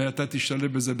ואתה תשתלב בזה,